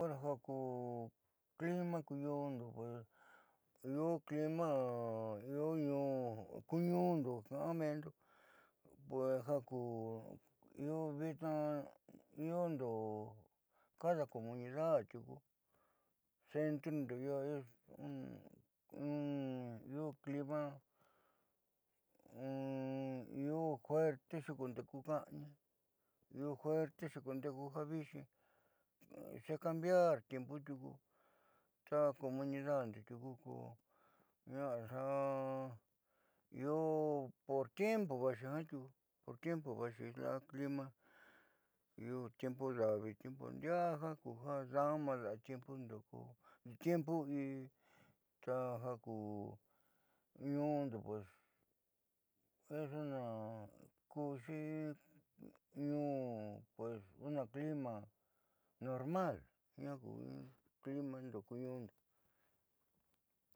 Ja ku clima kuu ñuundo ka'an mendo pues ja ku io vitnaa iondo cada comunidad tiuku centrundo io cada clima io fuerte xuukundeku ka'ani io fuerte xuukundeku ja viixi xe cambiar tiempu tiuku ta comunidando tiuku ko ña'a ja io por tiempo vaaxii jiaa tiuku la'a clima io tiempu nda'aui ku ñuundo ndiaa jiaa dama la'a tiempondo taja ku ñuundo pues kuuxi in tiempu normal jiaa clima kuuñuundo.